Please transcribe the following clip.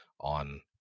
on